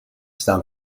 staan